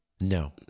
No